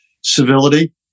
Civility